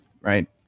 right